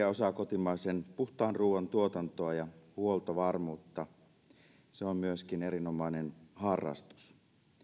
tärkeä osa kotimaisen puhtaan ruuan tuotantoa ja huoltovarmuutta se on myöskin erinomainen harrastus